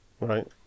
Right